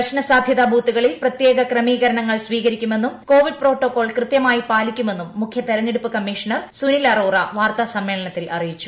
പ്രശ്നസാധ്യത ബൂത്തുകളിൽ പ്രത്യേക ക്രമീകരണങ്ങൾ സ്വീകരിക്കുമെന്നും കോവിഡ് പ്രോട്ടോകോൾ കൃതൃമായി പാലിക്കുമെന്നും മുഖൃ തെരഞ്ഞെടുപ്പ് കമ്മീഷണർ സുനിൽ അറോറ വാർത്താ സമ്മേളനത്തിൽ അറിയിച്ചു